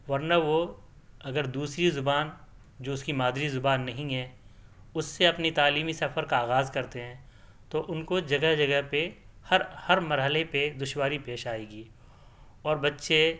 ورنہ وہ اگر دوسری زبان جو اس کی مادری زبان نہیں ہے اس سے اپنی تعلیمی سفر کا آغاز کرتے ہیں تو ان کو جگہ جگہ پہ ہر ہر مرحلے پہ دشواری پیش آئے گی اور بچے